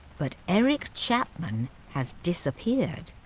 but eric chapman has disappeared,